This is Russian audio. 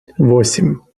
восемь